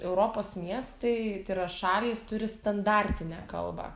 europos miestai tai yra šalys turi standartinę kalbą